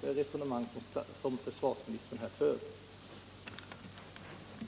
det resonemang som försvarsministern för.